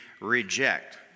reject